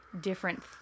different